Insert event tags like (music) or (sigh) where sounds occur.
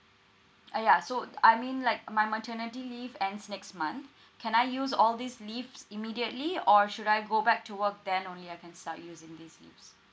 uh ya so uh I mean like my maternity leave ends next month (breath) can I use all these leaves immediately or should I go back to work then only I can start using these leaves